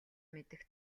мэдэх